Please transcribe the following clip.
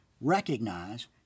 recognize